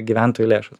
gyventojų lėšų